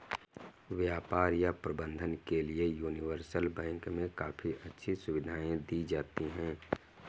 व्यापार या प्रबन्धन के लिये यूनिवर्सल बैंक मे काफी अच्छी सुविधायें दी जाती हैं